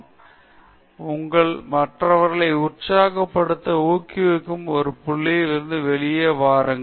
பேராசிரியர் பிரதாப் ஹரிதாஸ் உங்களை மற்றவர்களை உற்சாகப்படுத்த ஊக்குவிக்கும் ஒரு புள்ளியில் இருந்து வெளியே செல்லுங்கள்